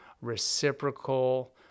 reciprocal